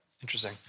interesting